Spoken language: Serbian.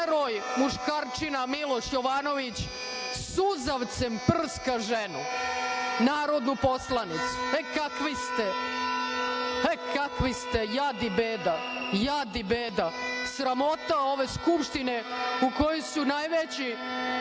heroj, muškarčina Miloš Jovanović suzavcem prska ženu, narodnu poslanicu.E, kakvi ste, jad i beda, sramota ove Skupštine u kojoj su najveći